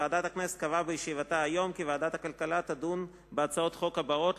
ועדת הכנסת קבעה בישיבתה היום כי ועדת הכלכלה תדון בהצעות החוק הבאות,